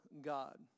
God